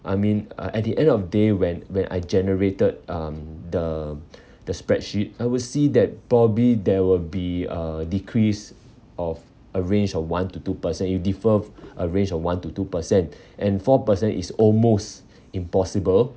I mean uh at the end of day when when I generated um the the spreadsheet I will see that probably there will be a decrease of a range of one to two percent you defer a range of one to two percent and four percent is almost impossible